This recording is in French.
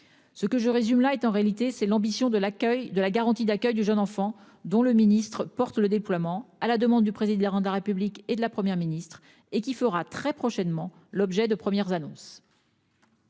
Ce que je résume là est en réalité c'est l'ambition de l'accueil de la garantie d'accueil du jeune enfant dont le ministre porte le déploiement, à la demande du président Laurent de la République et de la Première ministre et qui fera très prochainement l'objet de premières annonces.